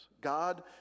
God